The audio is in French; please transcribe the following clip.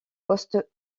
post